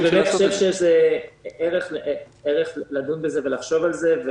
אני חושב שיש ערך לדון על זה ולחשוב על זה.